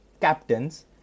captains